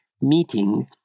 meeting